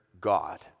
God